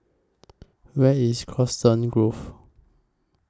Where IS Coniston Grove